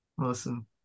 Awesome